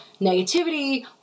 negativity